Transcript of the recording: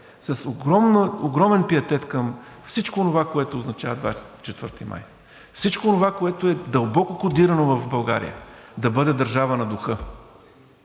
с огромен пиетет към всичко онова, което означава 24 май, всичко онова, което е дълбоко кодирано в България – да бъде държава на духа,